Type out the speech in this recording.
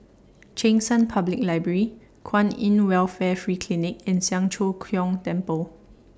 Cheng San Public Library Kwan in Welfare Free Clinic and Siang Cho Keong Temple